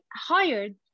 hired